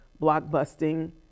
blockbusting